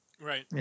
Right